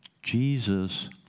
Jesus